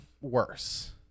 worse